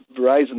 Verizon